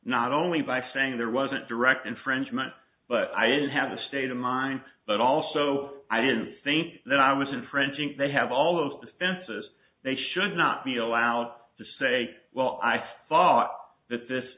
not only by saying there wasn't direct in french meant but i have a state of mind but also i didn't think that i was infringing they have all those defenses they should not be allowed to say well i thought that this